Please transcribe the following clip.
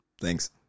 Thanks